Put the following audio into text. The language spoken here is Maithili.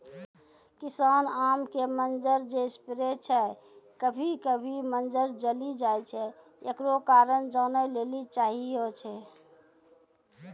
किसान आम के मंजर जे स्प्रे छैय कभी कभी मंजर जली जाय छैय, एकरो कारण जाने ली चाहेय छैय?